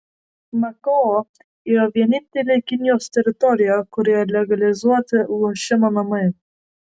makao yra vienintelė kinijos teritorija kurioje legalizuoti lošimo namai